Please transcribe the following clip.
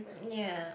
yeah